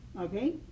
okay